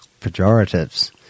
pejoratives